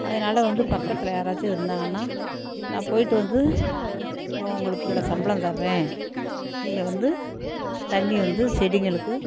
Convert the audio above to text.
அதனால வந்து பக்கத்தில் யாராச்சும் இருந்தாங்கன்னா நான் போய்ட்டு வந்து உங்களுக்கு இவ்வளோ சம்பளம் தர்றேன் நீங்கள் வந்து தண்ணி வந்து செடிகளுக்கு